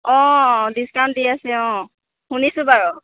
অঁ ডিচকাউণ্ট দি আছে অঁ শুনিছোঁ বাৰু